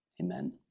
Amen